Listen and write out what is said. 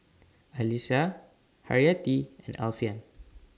Alyssa Haryati and Alfian